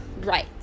right